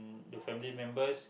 the family members